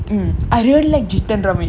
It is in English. I really like jithan ramesh